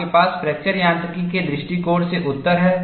आपके पास फ्रैक्चर यांत्रिकी के दृष्टिकोण से उत्तर है